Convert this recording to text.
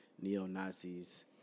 neo-Nazis